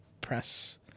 press